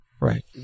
Right